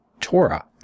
Torah